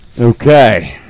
Okay